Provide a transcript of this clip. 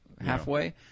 halfway